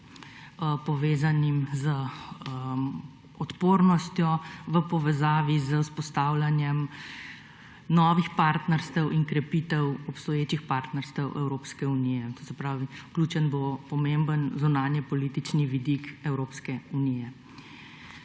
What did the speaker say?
povezanim z odpornostjo v povezavi z vzpostavljanjem novih partnerstev in krepitev obstoječih partnerstev Evropske unije. To se pravi, vključen bo pomemben zunanjepolitični vidik Evropske unije.